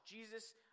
Jesus